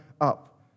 up